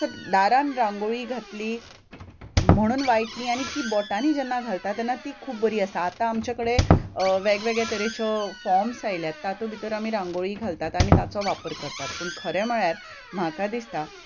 तर दारान रांगोळी घातली म्हणून वायट न्ही आनी ती बोटांनी जेन्ना घालतात तेन्ना ती खूब बरी आसता आतां आमचे कडेन वेगवेगळे तरेच्यो फोर्मस आयल्यात तातूंत भितर आमी रांगोळी घालतात आनी ताचो वापर करतात पूण खरें म्हणल्यार म्हाका दिसता